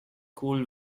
cool